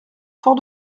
fort